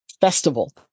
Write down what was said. festival